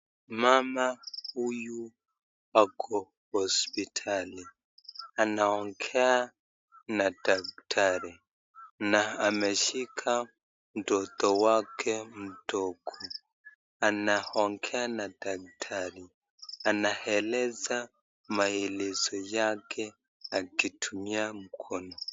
Mama huyu ako hospitali, anaongea na daktari. Ameshika mtoto wake mdogo. Anaongea na daktari, anaeleza maelezo yake akitumia mkono.